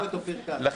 בחיים לא.